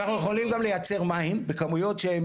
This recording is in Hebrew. אנחנו יכולים גם לייצר מים בכמויות שהם